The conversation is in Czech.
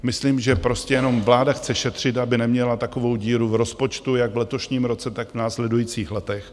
Myslím, že prostě jenom vláda chce šetřit, aby neměla takovou díru v rozpočtu jak v letošním roce, tak v následujících letech.